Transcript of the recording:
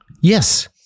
Yes